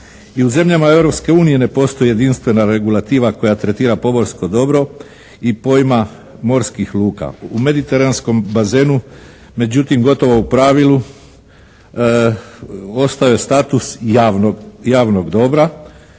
I u zemljama Europske unije ne postoji jedinstvena regulativa koja tretira pomorsko dobro i pojma morskih luka. U mediteranskom bazenu međutim gotovo u pravilu ostao je status javnog dobra.